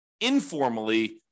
informally